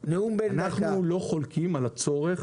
אנחנו לא חולקים על הצורך